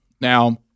Now